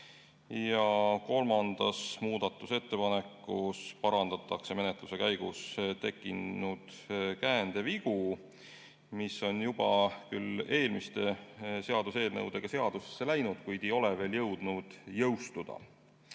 Ja kolmanda muudatusettepanekuga parandatakse menetluse käigus tekkinud käändevigu, mis on juba küll eelmiste seaduseelnõude mõjul seadusesse läinud, kuid ei ole veel jõudnud jõustuda.